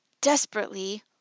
desperately